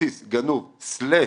כרטיס גנוב / מוקפא,